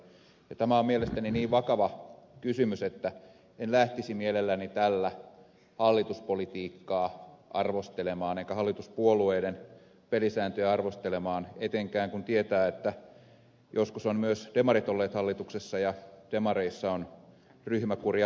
tämä on mielestäni niin vakava kysymys että en lähtisi mielelläni tällä hallituspolitiikkaa arvostelemaan enkä hallituspuolueiden pelisääntöjä arvostelemaan etenkään kun tietää että joskus ovat myös demarit olleet hallituksessa ja demareissa on ryhmäkuria harrastettu